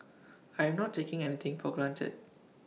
I am not taking anything for granted